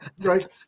right